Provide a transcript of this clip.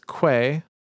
Quay